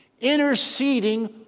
interceding